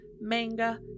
manga